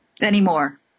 anymore